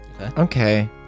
Okay